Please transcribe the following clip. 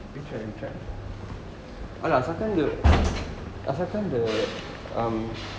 we tried we tried !alah! asalkan the asalkan the um